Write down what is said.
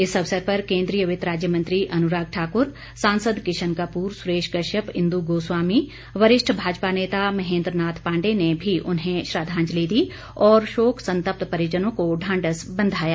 इस अवसर पर केन्द्रीय वित्त राज्य मंत्री अनुराग ठाक्र सांसद किशन कपूर सुरेश कश्यप इन्दु गोस्वामी वरिष्ठ भाजपा नेता महेन्द्र नाथ पांडे ने भी उन्हें श्रद्दांजलि दी और शोक संतप्त परिजनों को ढांढस बंधाया